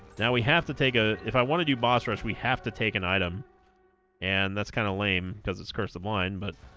now we have to take a if i want to do boss rush we have to take an item and that's kind of lame cuz it's cursive line but